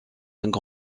avec